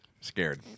scared